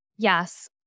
Yes